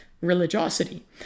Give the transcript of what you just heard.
religiosity